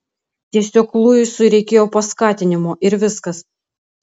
tiesiog luisui reikėjo paskatinimo ir viskas